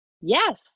yes